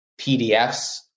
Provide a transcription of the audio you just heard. PDFs